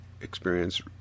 experience